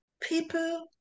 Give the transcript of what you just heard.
people